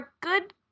good